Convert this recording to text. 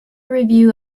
review